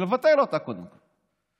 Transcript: לבטל אותה, קודם כול.